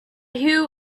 who